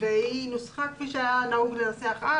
והיא נוסחה כפי שהיה נהוג לנסח אז.